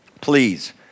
please